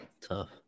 tough